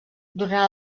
durant